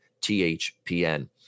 THPN